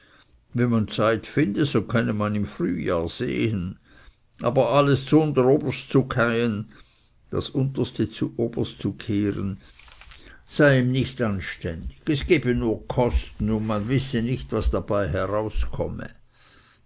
wenn man zeit finde so könne man im frühjahr sehen aber alles zunteroben z'gheyen sei ihm nicht anständig es gebe nur kosten und man wisse nicht was dabei herauskomme